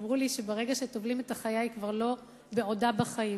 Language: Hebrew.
אמרו לי שברגע שטובלים את החיה היא כבר לא "בעודה בחיים".